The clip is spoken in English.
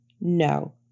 No